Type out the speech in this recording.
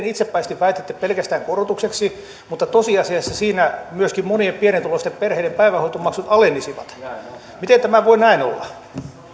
itsepäisesti väitätte pelkästään korotukseksi mutta tosiasiassa siinä myöskin monien pienituloisten perheiden päivähoitomaksut alenisivat miten tämä voi näin olla